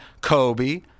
Kobe